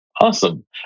Awesome